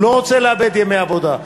הוא לא רוצה לאבד ימי עבודה.